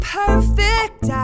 perfect